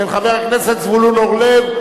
של חבר הכנסת זבולון אורלב,